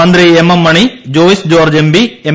മന്ത്രി M M Mani Joyce George MP M